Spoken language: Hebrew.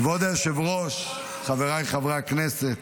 כבוד היושב-ראש, חבריי חברי הכנסת,